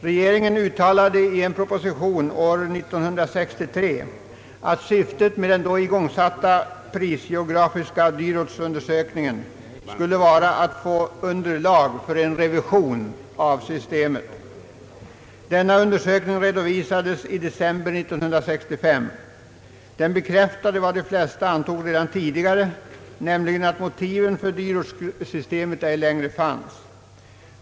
Regeringen uttalade i en proposition år 1963 att syftet med den då igångsatta prisgeografiska dyrorts undersökningen skulle vara att få underlag för en revision av systemet. Denna undersökning redovisades i december 1965, och den bekräftade vad de flesta antog redan tidigare, nämligen att motiven för dyrortssystemet ej längre fanns.